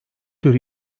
tür